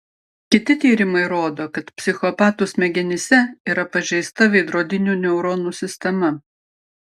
kiti tyrimai rodo kad psichopatų smegenyse yra pažeista veidrodinių neuronų sistema